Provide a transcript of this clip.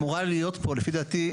אמורה להיות פה לפי דעתי,